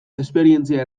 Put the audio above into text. esperientzia